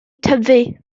tyfu